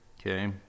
Okay